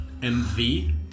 MV